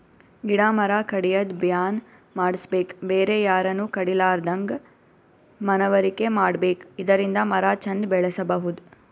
ಗಿಡ ಮರ ಕಡ್ಯದ್ ಬ್ಯಾನ್ ಮಾಡ್ಸಬೇಕ್ ಬೇರೆ ಯಾರನು ಕಡಿಲಾರದಂಗ್ ಮನವರಿಕೆ ಮಾಡ್ಬೇಕ್ ಇದರಿಂದ ಮರ ಚಂದ್ ಬೆಳಸಬಹುದ್